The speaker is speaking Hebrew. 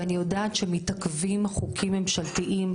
ואני יודעת שמתעכבים חוקים ממשלתיים,